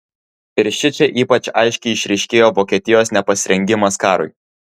ir šičia ypač aiškiai išryškėjo vokietijos nepasirengimas karui